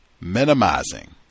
minimizing